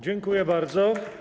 Dziękuję bardzo.